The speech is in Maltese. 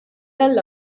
għall